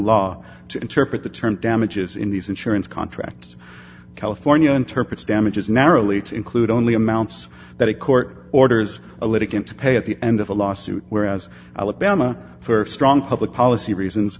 law to interpret the term damages in these insurance contracts california interprets damages narrowly to include only amounts that a court orders a litigant to pay at the end of a lawsuit whereas alabama for strong public policy reasons